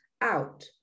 out